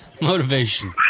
Motivation